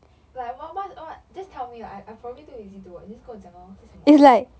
like what m~ what just tell me I I probably too lazy to watch just 跟我讲 lor 是什么